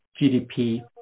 GDP